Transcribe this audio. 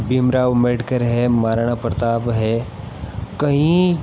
भीमराव अम्बेडकर है महाराणा प्रताप हैं कहीं